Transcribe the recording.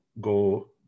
go